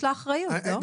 יש לה אחריות, לא?